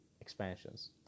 expansions